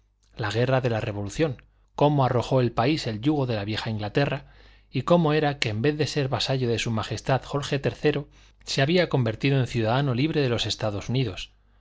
la guerra de la revolución cómo arrojó el país el yugo de la vieja inglaterra y cómo era que en vez de ser vasallo de su majestad jorge iii se había convertido en ciudadano libre de los estados unidos